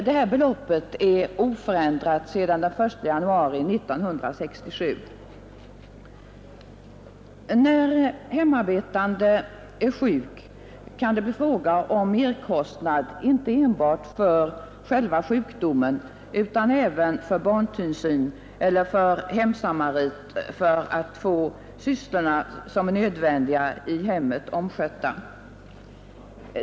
Detta belopp är oförändrat sedan den 1 januari 1967. När hemarbetande är sjuk kan det bli fråga om merkostnad inte enbart för själva sjukdomen utan även för barntillsyn eller för hemsamarit för att få de nödvändiga sysslorna i hemmet skötta.